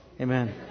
Amen